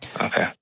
Okay